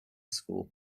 school